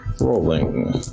Rolling